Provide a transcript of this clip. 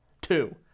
two